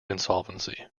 insolvency